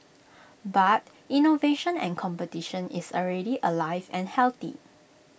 but innovation and competition is already alive and healthy